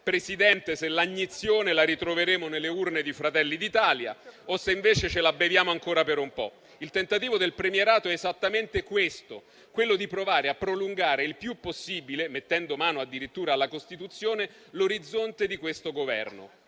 Presidente, se l'agnizione la ritroveremo nelle urne di Fratelli d'Italia o se, invece, ce la beviamo ancora per un po'. Il tentativo del premierato è esattamente questo: provare a prolungare il più possibile, mettendo mano addirittura alla Costituzione, l'orizzonte di questo Governo.